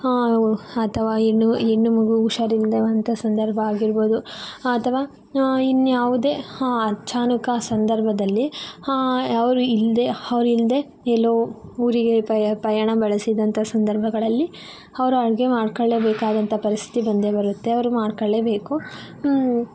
ಅಥವಾ ಹೆಣ್ಣು ಹೆಣ್ಣು ಮಗು ಹುಷಾರಿಲ್ದೇ ಇರುವಂಥ ಸಂದರ್ಭ ಆಗಿರ್ಬಹುದು ಅಥವಾ ಇನ್ಯಾವುದೇ ಅಚಾನಕ್ ಆ ಸಂದರ್ಭದಲ್ಲಿ ಅವರು ಇಲ್ದೇ ಅವರಿಲ್ದೇ ಎಲ್ಲೋ ಊರಿಗೆ ಪಯ ಪ್ರಯಾಣ ಬೆಳೆಸಿದಂಥ ಸಂದರ್ಭಗಳಲ್ಲಿ ಅವರು ಅಡುಗೆ ಮಾಡ್ಕೋಳ್ಳಲೇ ಬೇಕಾದಂಥ ಪರಿಸ್ಥಿತಿ ಬಂದೇ ಬರುತ್ತೆ ಅವರು ಮಾಡ್ಕೊಳ್ಳೇಬೇಕು